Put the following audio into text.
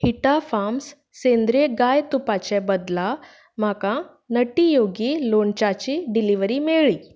हिटा farms सेंद्रीय गाय तुपाचे बदला म्हाका नटी योगी लाेणच्याची डिलिव्हरी मेळ्ळी